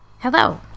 Hello